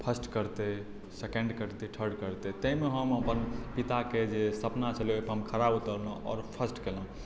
first करतै second करतै third करतै ताहि मे हम अपन पिताके जे सपना छलै ओहि पर हम खड़ा उतरलहुॅं आओर फर्स्ट केलहुॅं